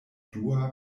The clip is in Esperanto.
dua